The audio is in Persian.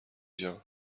جان